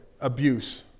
abuse